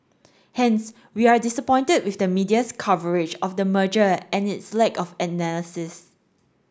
hence we are disappointed with the media's coverage of the merger and its lack of analysis